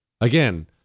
Again